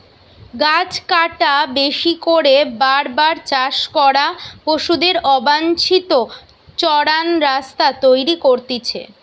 গাছ কাটা, বেশি করে বার বার চাষ করা, পশুদের অবাঞ্চিত চরান রাস্তা তৈরী করতিছে